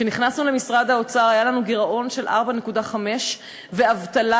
כשנכנסנו למשרד האוצר היה לנו גירעון של 4.5% ואבטלה